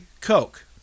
coke